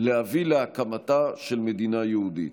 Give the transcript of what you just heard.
להביא להקמתה של מדינה יהודית.